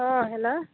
अ hello